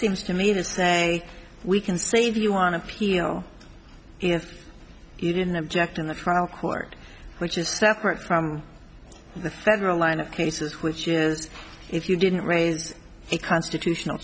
seems to me to say we can save you on appeal if you didn't object in the trial court which is separate from the federal line of cases which is if you didn't raise a constitutional